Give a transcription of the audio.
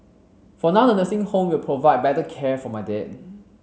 for now the nursing home will provide better care for my dad